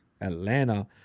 Atlanta